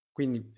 Quindi